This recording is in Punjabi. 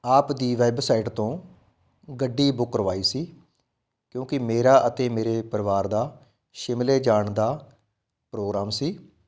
ਆਪ ਦੀ ਵੈਬਸਾਈਟ ਤੋਂ ਗੱਡੀ ਬੁੱਕ ਕਰਵਾਈ ਸੀ ਕਿਉਂਕਿ ਮੇਰਾ ਅਤੇ ਮੇਰੇ ਪਰਿਵਾਰ ਦਾ ਸ਼ਿਮਲੇ ਜਾਣ ਦਾ ਪ੍ਰੋਗਰਾਮ ਸੀ